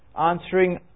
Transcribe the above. answering